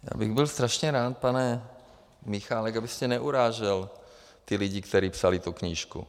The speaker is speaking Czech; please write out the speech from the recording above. Já bych byl strašně rád, pane Michálku, abyste neurážel ty lidi, kteří psali tu knížku.